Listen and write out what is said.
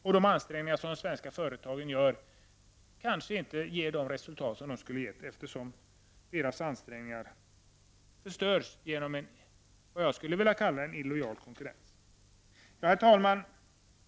Och de ansträngningar som svenska företag gör kanske inte ger de resultat som var tänkt, eftersom deras ansträngningar så att säga förstörs genom en, som jag skulle vilja kalla det, illojal konkurrens. Herr talman!